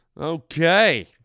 Okay